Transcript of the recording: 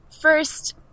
first